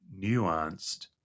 nuanced